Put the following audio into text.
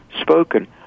spoken